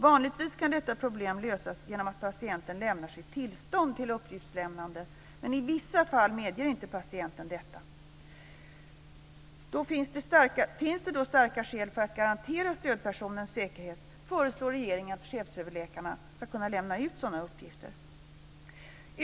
Vanligtvis kan detta problem lösas genom att patienten lämnar sitt tillstånd till uppgiftsutlämnande, men i vissa fall medger inte patienten detta. Finns det då starka skäl för att garantera stödpersonens säkerhet föreslår regeringen att chefsöverläkarna ska kunna lämna ut sådana uppgifter.